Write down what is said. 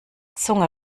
zunge